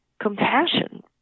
compassion